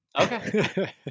okay